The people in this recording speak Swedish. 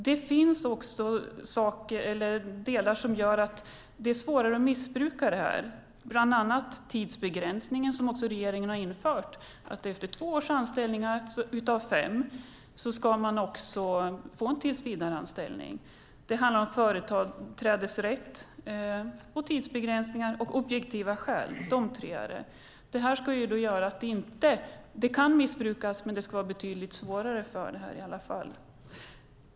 Det finns sådant som gör att det är svårare att missbruka. Det är företrädesrätt, tidsbegränsning och objektiva skäl. Tidsbegränsningen som regeringen har infört innebär att man efter två års anställning av fem ska få en tillsvidareanställning. Det kan missbrukas, men detta ska göra det betydligt svårare.